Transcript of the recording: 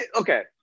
Okay